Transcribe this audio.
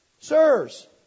Sirs